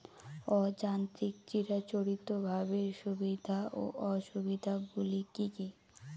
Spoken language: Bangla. অযান্ত্রিক চিরাচরিতভাবে সুবিধা ও অসুবিধা গুলি কি কি?